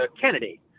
Kennedy